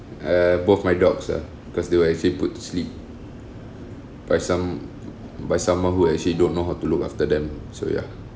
err both my dogs ah cause they were actually put to sleep by some by someone who actually don't know how to look after them so ya